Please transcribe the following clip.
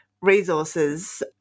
resources